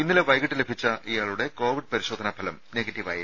ഇന്നലെ വൈകിട്ട് ലഭിച്ച ഇയാളുടെ കോവിഡ് പരിശോധനാ ഫലം നെഗറ്റീവായിരുന്നു